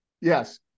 Yes